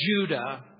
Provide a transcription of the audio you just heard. Judah